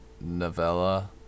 novella